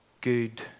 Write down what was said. good